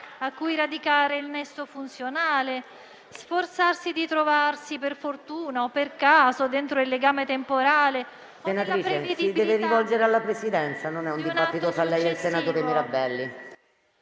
a cui radicare il nesso funzionale, a sforzarsi di trovarsi per fortuna o per caso dentro il legame temporale. PRESIDENTE. Senatrice, deve rivolgersi alla Presidenza, non è un dibattito fra lei e il senatore Mirabelli.